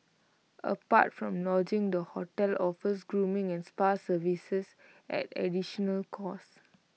apart from lodgings the hotel offers grooming and spa services at additional cost